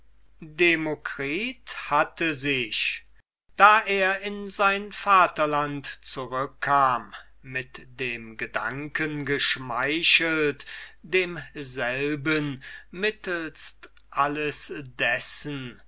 demokritus hatte sich da er in sein vaterland zurückkam mit dem gedanken geschmeichelt daß er demselben mittelst alles dessen